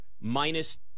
Minus